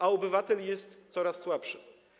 A obywatel jest coraz słabszy.